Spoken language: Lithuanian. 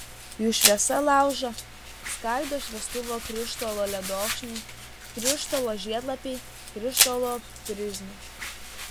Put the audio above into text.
jų šviesą laužo skaido šviestuvo krištolo ledokšniai krištolo žiedlapiai krištolo prizmės